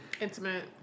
Intimate